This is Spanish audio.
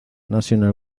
national